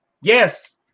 yes